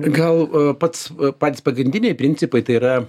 gal pats patys pagrindiniai principai tai yra